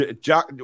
Jack